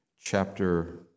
chapter